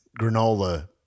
granola